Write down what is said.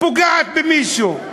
פוגעת במישהו.